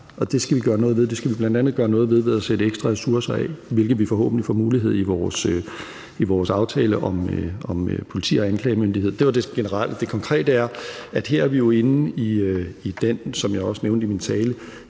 det skal vi bl.a. gøre ved at sætte ekstra ressourcer af, hvilket vi får mulighed for i vores aftale om politi- og anklagemyndighed. Det var det generelle svar. Det konkrete svar er, at vi, som jeg også nævnte i min tale,